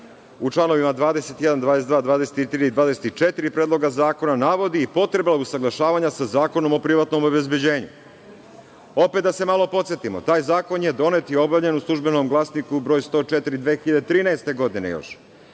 u članovima 21, 22, 23, 24. Predloga zakona navodi potreba usaglašavanja sa Zakonom o privatnom obezbeđenju. Opet da se malo podsetimo, taj zakon je donet i objavljen u „Službenom glasniku“ broj 104 još 2013. godine i